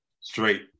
straight